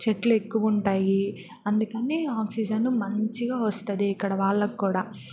చెట్లు ఎక్కువుంటాయి అందుకని ఆక్సిజన్ మంచిగా వస్తుంది ఇక్కడ వాళ్ళకి కూడా